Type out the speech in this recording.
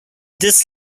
this